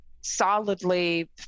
solidly